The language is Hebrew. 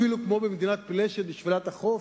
אפילו כמו במדינת פלשת, בשפלת החוף,